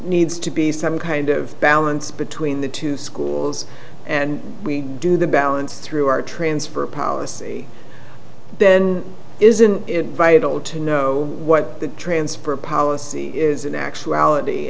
needs to be some kind of balance between the two schools and we do the balance through our transfer policy then isn't it vital to know what the transport policy is in actuality